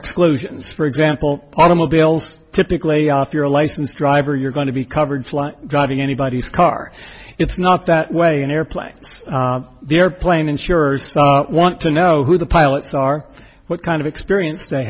explosions for example automobiles typically if you're a licensed driver you're going to be covered fly driving anybody's car it's not that way in airplanes the airplane insurers want to know who the pilots are what kind of experience they